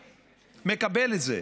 שמאוגד מקבל את זה.